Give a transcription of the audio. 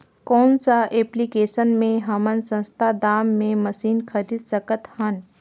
कौन सा एप्लिकेशन मे हमन सस्ता दाम मे मशीन खरीद सकत हन?